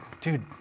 dude